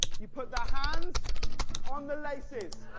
you put the hands on the laces.